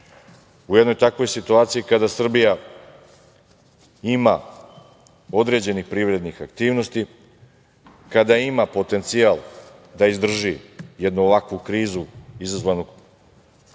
U jednoj takvoj situaciji kada Srbija ima određenih privrednih aktivnosti, kada ima potencijal da izdrži jednu ovakvu krizu izazvanu